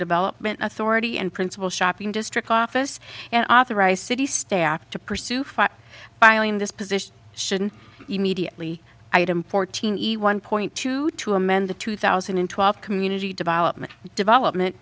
development authority and principal shopping district office and authorized city staff to pursue for filing this position should immediately item fourteen one point two to amend the two thousand and twelve community development development